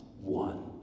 one